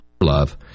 love